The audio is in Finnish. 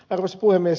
arvoisa puhemies